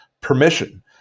permission